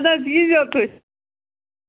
اَدٕ حظ یی زیو تُہۍ